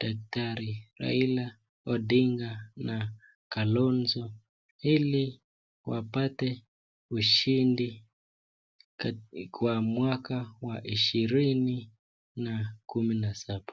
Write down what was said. daktari Raila na kilonzo ili wapate ushindi kwa mwaka wa ishirini na kumi na saba.